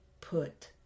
put